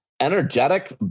energetic